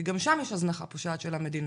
כי גם שם יש הזנחה פושעת של המדינה.